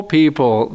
people